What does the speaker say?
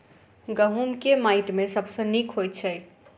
गहूम केँ माटि मे सबसँ नीक होइत छै?